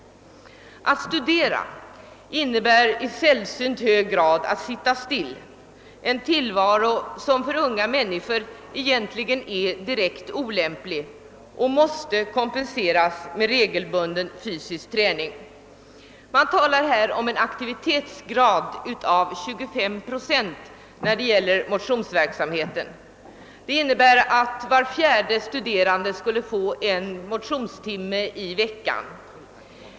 Att studera innebär i sällsynt hög grad att sitta still, en tillvaro som för unga människor egentligen är direkt olämplig och som måste kompenseras med regelbunden fysisk träning. Man talar här om en aktivitetsgrad av 25 procent när det gäller motionsverksamheten. Det innebär att var fjärde studerande skulle få en motionstimme i veckan.